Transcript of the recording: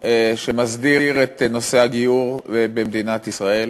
שמסדיר את נושא הגיור במדינת ישראל.